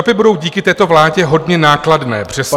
Stropy budou díky této vládě hodně nákladné, přesto...